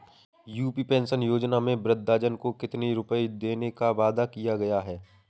UP pension योजना में वृद्धजन को कितनी रूपये देने का वादा किया गया है?